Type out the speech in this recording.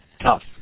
tough